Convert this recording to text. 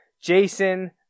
Jason